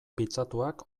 pitzatuak